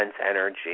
energy